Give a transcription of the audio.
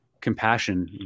compassion